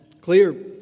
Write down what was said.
clear